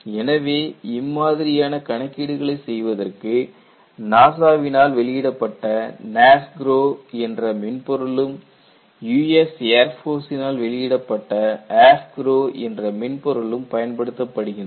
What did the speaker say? எனவே இம்மாதிரியான கணக்கீடுகளை செய்வதற்கு NASA வினால் வெளியிடப்பட்ட NASGRO என்ற மென்பொருளும் US ஏர்போர்ஸ் சினால் வெளியிடப்பட்ட AFGROW எந்த மென்பொருளும் பயன்படுத்தப்படுகின்றன